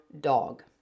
dog